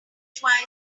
twice